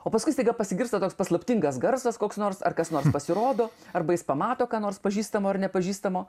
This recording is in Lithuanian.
o paskui staiga pasigirsta toks paslaptingas garsas koks nors ar kas nors pasirodo arba jis pamato ką nors pažįstamo ar nepažįstamo